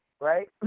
right